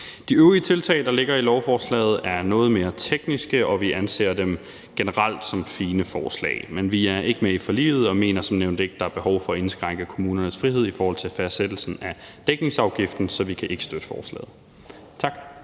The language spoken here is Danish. De øvrige tiltag, der ligger i lovforslaget, er noget mere tekniske, og vi anser dem generelt som fine forslag, men vi er ikke med i forliget og mener som nævnt ikke, at der er behov for at indskrænke kommunernes frihed i forhold til fastsættelsen af dækningsafgiften, så vi kan ikke støtte forslaget. Tak.